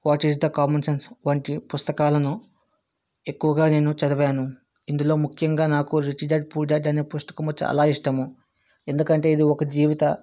what is the common sense వంటి పుస్తకాలను ఎక్కువగా నేను చదివాను ఇందులో ముఖ్యంగా నాకు రిచ్ డాడ్ పూర్ డాడ్ అనే పుస్తకము చాలా ఇష్టము ఎందుకంటే ఇది ఒక జీవిత